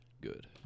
good